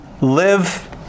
live